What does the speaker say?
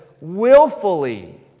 willfully